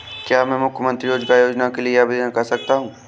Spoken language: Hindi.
क्या मैं मुख्यमंत्री रोज़गार योजना के लिए आवेदन कर सकता हूँ?